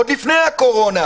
עוד לפני הקורונה,